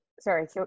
sorry